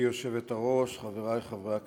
גברתי היושבת-ראש, חברי חברי הכנסת,